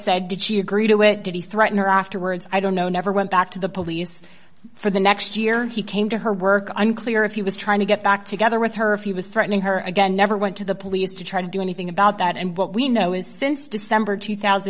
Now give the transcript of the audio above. said did she agree to it did he threaten her afterwards i don't know never went back to the police for the next year he came to her work unclear if he was trying to get back together with her or if he was threatening her again never went to the police to try to do anything about that and what we know is since december two thousand